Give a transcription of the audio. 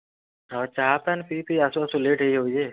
ହଁ ଚା' ପାନ୍ ପିଇ ପିଇ ଆସୁ ଆସୁ ଲେଟ୍ ହେଇଯାଉଛେ